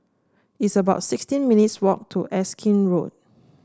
it's about sixteen minutes' walk to Erskine Road